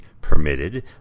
permitted